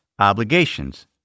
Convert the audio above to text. obligations